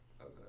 Okay